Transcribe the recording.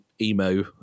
emo